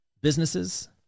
businesses